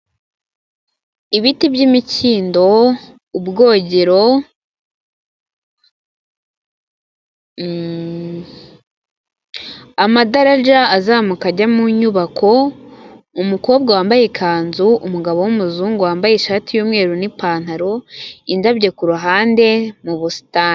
Ibiti by'imikindo ubwogero, amadarajya azamuka ajya mu nyubako, umukobwa wambaye ikanzu, umugabo w’umuzungu wambaye ishati y'umweru n’ipantaro, indabyo k’uruhande mu busitani.